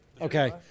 Okay